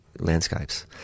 Landscapes